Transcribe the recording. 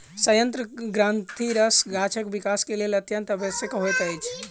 सयंत्र ग्रंथिरस गाछक विकास के लेल अत्यंत आवश्यक होइत अछि